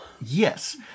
Yes